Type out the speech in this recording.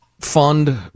fund